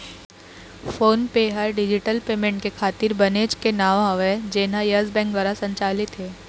phone पे ह digital payment के खातिर बनेच के नांव हवय जेनहा यस बेंक दुवार संचालित हे